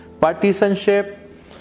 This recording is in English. partisanship